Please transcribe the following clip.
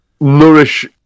nourish